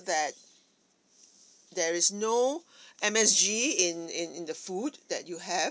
that there is no M_S_G in in in the food that you have